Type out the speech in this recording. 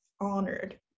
honored